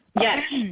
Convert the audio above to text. Yes